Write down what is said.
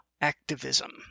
activism